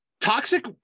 Toxic